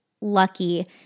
lucky